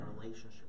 relationship